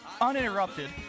uninterrupted